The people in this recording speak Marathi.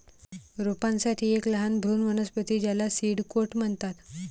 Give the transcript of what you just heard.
रोपांसाठी एक लहान भ्रूण वनस्पती ज्याला सीड कोट म्हणतात